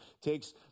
takes